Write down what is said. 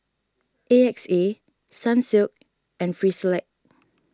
A X A Sunsilk and Frisolac